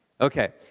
Okay